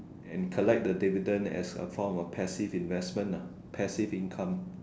and collect the dividend as a form of passive investment ah passive income